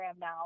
now